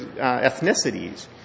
ethnicities